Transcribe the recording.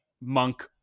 Monk